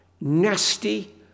nasty